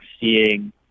seeing